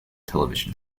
television